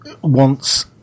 wants